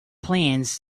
plans